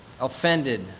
offended